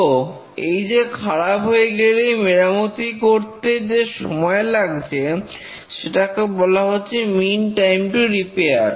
তো এই যে খারাপ হয়ে গেলেই মেরামতি করতে যে সময় লাগছে সেটাকে বলা হচ্ছে মিন টাইম টু রিপেয়ার